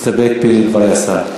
מסתפק בדברי השר?